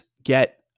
get